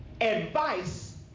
advice